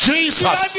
Jesus